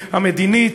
המדינית.